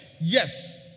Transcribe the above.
yes